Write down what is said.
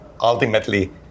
ultimately